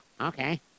okay